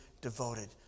devoted